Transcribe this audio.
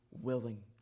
willing